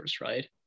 right